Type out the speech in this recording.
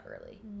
early